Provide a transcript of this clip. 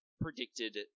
predicted